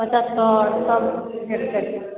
पचहत्तरि सब रेटके छै